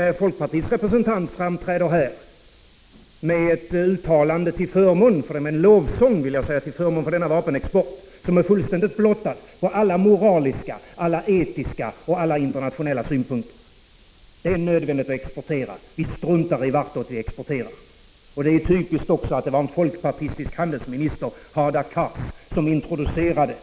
Men folkpartiets representant framträder här med en lovsång till denna vapenexport som är fullständigt blottad på alla moraliska, etiska och internationella synpunkter. Det är nödvändigt att exportera. Vi struntar i vart vi exporterar. Det är också typiskt att det var en folkpartistisk handelsminister, Hadar Cars, som introducerade